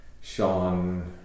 Sean